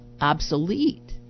obsolete